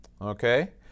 Okay